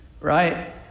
right